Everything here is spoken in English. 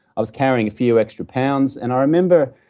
i was carrying a few extra pounds, and i remember,